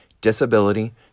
disability